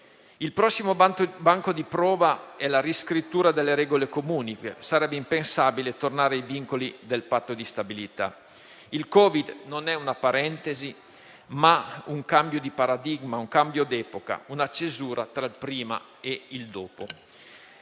Il prossimo banco di prova è la riscrittura delle regole comuni; sarebbe impensabile tornare ai vincoli del patto di stabilità. Il Covid non è una parentesi, ma un cambio di paradigma e un cambio d'epoca, una cesura tra il prima e il dopo.